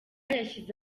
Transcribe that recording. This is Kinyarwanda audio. yashyize